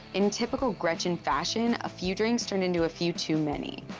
in typical gretchen fashion, a few drinks turned into a few too many.